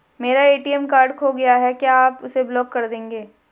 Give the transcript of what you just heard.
मेरा ATM card खो गया है क्या आप उसे ब्लॉक कर देंगे?